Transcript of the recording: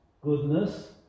goodness